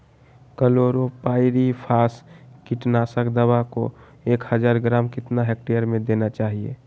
Chlorpyrifos कीटनाशक दवा को एक हज़ार ग्राम कितना हेक्टेयर में देना चाहिए?